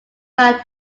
brand